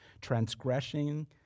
transgressing